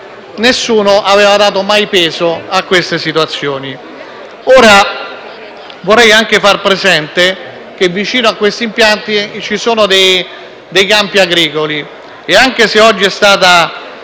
nessuno aveva dato mai peso a queste situazioni. Vorrei anche far presente che vicino a questi impianti ci sono dei campi agricoli e, anche se oggi è stata